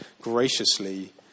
graciously